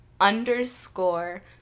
underscore